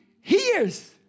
hears